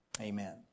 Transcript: amen